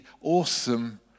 awesome